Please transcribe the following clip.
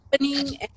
opening